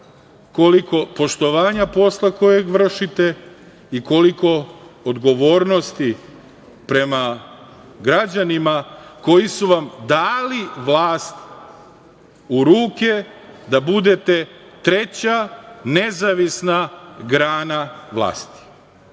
koliko poštovanja posla koji vršite i koliko odgovornosti prema građanima koji su vam dali vlast u ruke da budete treća nezavisna grana vlasti. Sa